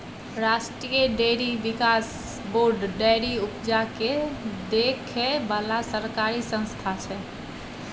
राष्ट्रीय डेयरी बिकास board dairy उपजा केँ देखै बला सरकारी संस्था छै